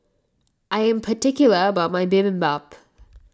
I am particular about my Bibimbap